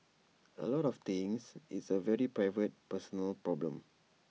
A lot of things it's A very private personal problem